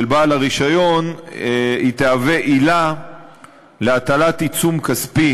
בעל הרישיון תהווה עילה להטלת עיצום כספי